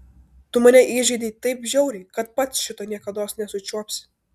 tu mane įžeidei taip žiauriai kad pats šito niekados nesučiuopsi